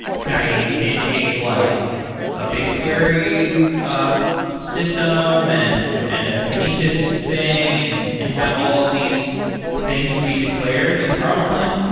can i instantiate like a big big query ah system and and a kinesis thing and and have all of these things be declared in crossplane?